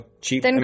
cheap